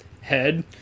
head